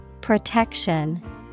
Protection